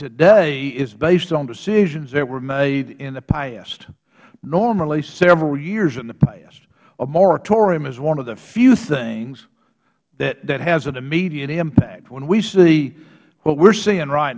today is based on decisions that were made in the past normally several years in the past a moratorium is one of the few things that has an immediate impact when we see what we're seeing right